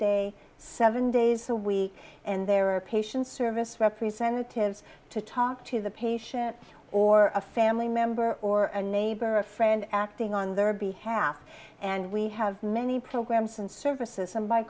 day seven days a week and there are patients service representatives to talk to the patient or a family member or a neighbor or a friend acting on their behalf and we have many programs and services